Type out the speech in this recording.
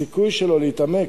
הסיכוי שלו להתעמק,